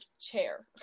chair